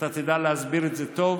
ואתה תדע להסביר את זה טוב,